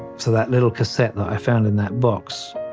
so that little cassette that i found in that box,